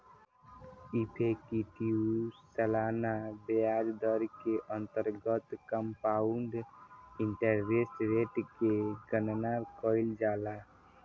effective सालाना ब्याज दर के अंतर्गत कंपाउंड इंटरेस्ट रेट के गणना कईल जाला